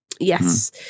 Yes